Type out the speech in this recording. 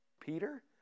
Peter